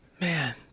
Man